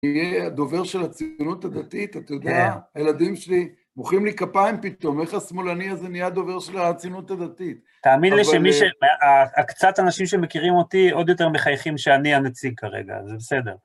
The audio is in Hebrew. אני אהיה הדובר של הצינות הדתית, את יודעת, הילדים שלי מוחאים לי כפיים פתאום, איך השמאלני הזה נהיה הדובר של הצינות הדתית. תאמין לי שקצת האנשים שמכירים אותי עוד יותר מחייכים שאני הנציג כרגע, זה בסדר.